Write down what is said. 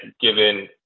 given